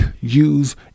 use